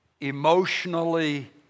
emotionally